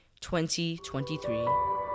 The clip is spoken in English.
2023